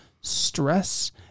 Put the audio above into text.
stress